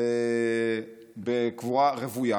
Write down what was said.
בקבורה רוויה,